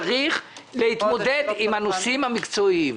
צריך להתמודד עם הנושאים המקצועיים.